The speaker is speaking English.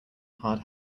hard